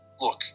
look